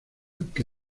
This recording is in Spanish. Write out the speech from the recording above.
que